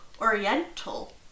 Oriental